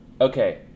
Okay